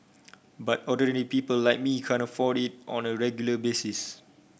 but ordinary people like me can't afford it on a regular basis